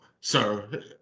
sir